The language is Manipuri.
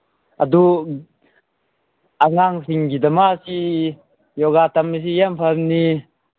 ꯑꯗꯨ ꯑꯉꯥꯡꯁꯤꯡꯒꯤꯗꯃꯛꯇꯤ ꯌꯣꯒꯥ ꯇꯝꯕꯁꯤ ꯌꯥꯝ ꯐꯕꯅꯤ